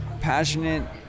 passionate